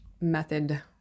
method